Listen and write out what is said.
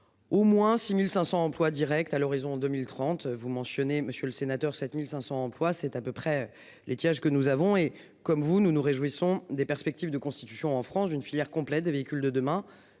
Au moins 6500 emplois Directs à l'horizon 2030 vous mentionnez monsieur le sénateur, 7500 emplois, c'est à peu près l'étiage que nous avons et comme vous nous nous réjouissons des perspectives de constitution en France d'une filière complète des véhicules de demain